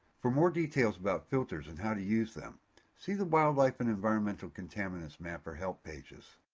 for more details about filters and how to use them see the wildlife and environmental contaminants mapper help pages.